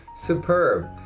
Superb